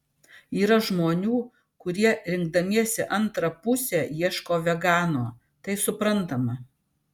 yra žmonių kurie rinkdamiesi antrą pusę ieško vegano tai suprantama